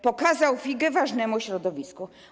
Pokazał figę ważnemu środowisku.